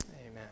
Amen